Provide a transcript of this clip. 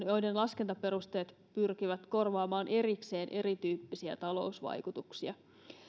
joiden laskentaperusteet pyrkivät korvaamaan erikseen erityyppisiä talousvaikutuksia